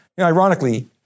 Ironically